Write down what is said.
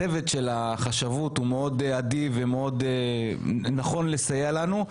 הצוות של החשבות הוא מאוד אדיב ומאוד נכון לסייע לנו.